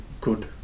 good